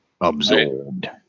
Absorbed